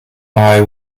eye